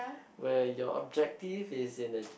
where your objective is in the